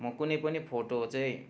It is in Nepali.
म कुनै पनि फोटो चाहिँ